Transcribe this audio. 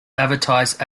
advertised